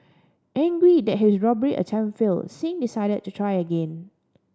angry that his robbery attempt fail Singh decided to try again